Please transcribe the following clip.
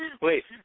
Wait